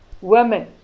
women